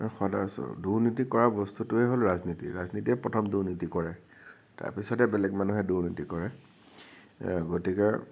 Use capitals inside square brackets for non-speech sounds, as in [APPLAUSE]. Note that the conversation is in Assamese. [UNINTELLIGIBLE] দুৰ্নীতি কৰা বস্তুটোৱে হ'ল ৰাজনীতি ৰাজনীতিয়ে প্ৰথম দুৰ্নীতি কৰে তাৰপিছতহে বেলেগ মানুহে দুৰ্নীতি কৰে গতিকে